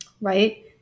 right